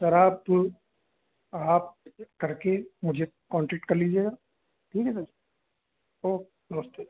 sir आप आप करके मुझे कॉन्टेक्ट कर लीजिएगा ठीक है सर ओक नमस्ते